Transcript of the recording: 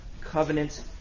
covenant